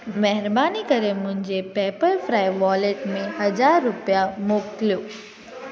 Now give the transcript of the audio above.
महिरबानी करे मुंहिंजे पेपरफ्राए वॉलेट में हज़ार रुपिया मोकिलियो